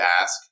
ask